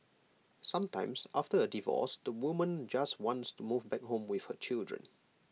sometimes after A divorce the woman just wants to move back home with her children